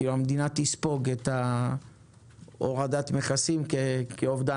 כי המדינה תספוג את ההורדת מכסים כאובדן